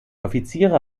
offiziere